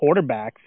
quarterbacks